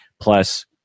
plus